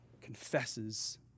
confesses